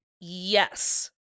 Yes